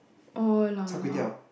oh laonua